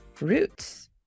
roots